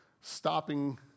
stopping